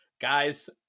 Guys